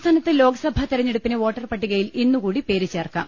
സംസ്ഥാനത്ത് ലോക്സഭാ തെരഞ്ഞെടുപ്പിന് വോട്ടർ ്പട്ടികയിൽ ഇന്ന് കൂടി പേര് ചേർക്കാം